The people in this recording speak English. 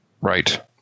Right